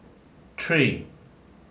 tree